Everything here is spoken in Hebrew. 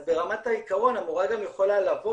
אז ברמת העקרון המורה גם יכולה לבוא